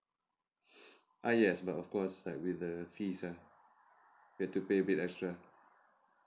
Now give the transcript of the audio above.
uh yes but of course like with the fees ah we have to pay a bit extra